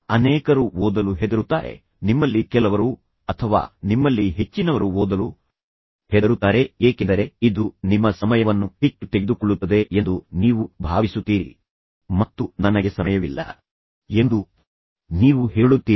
ಅನೇಕರು ಓದಲು ಹೆದರುತ್ತಾರೆ ಆದ್ದರಿಂದ ನಾನು ನಿಮಗೆ ಹೇಳಲು ಬಯಸುತ್ತೇನೆ ನಿಮ್ಮಲ್ಲಿ ಕೆಲವರು ಅಥವಾ ನಿಮ್ಮಲ್ಲಿ ಹೆಚ್ಚಿನವರು ಓದಲು ನಿಜವಾಗಿಯೂ ಹೆದರುತ್ತಾರೆ ಏಕೆಂದರೆ ಇದು ನಿಮ್ಮ ಸಮಯವನ್ನು ಹೆಚ್ಚು ತೆಗೆದುಕೊಳ್ಳುತ್ತದೆ ಎಂದು ನೀವು ಭಾವಿಸುತ್ತೀರಿ ಮತ್ತು ನನಗೆ ಸಮಯವಿಲ್ಲ ಎಂದು ನೀವು ಹೇಳುತ್ತೀರಿ